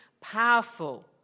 powerful